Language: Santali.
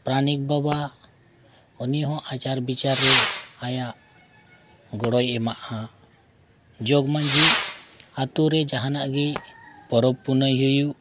ᱯᱟᱨᱟᱱᱤᱠ ᱵᱟᱵᱟ ᱩᱱᱤᱦᱚᱸ ᱟᱪᱟᱨᱼᱵᱤᱪᱟᱨ ᱨᱮ ᱟᱭᱟᱜ ᱜᱚᱲᱚᱭ ᱮᱢᱟᱜᱼᱟ ᱡᱚᱜᱽ ᱢᱟᱺᱡᱷᱤ ᱟᱛᱳᱨᱮ ᱡᱟᱦᱟᱱᱟᱜ ᱜᱮ ᱯᱚᱨᱚᱵᱽᱼᱯᱩᱱᱟᱹᱭ ᱦᱩᱭᱩᱜ